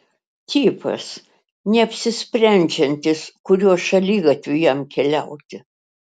tipas neapsisprendžiantis kuriuo šaligatviu jam keliauti